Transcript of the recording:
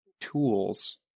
tools